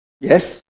Yes